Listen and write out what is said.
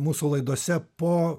mūsų laidose po